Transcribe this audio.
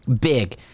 big